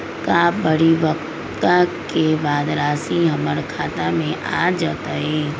का परिपक्वता के बाद राशि हमर खाता में आ जतई?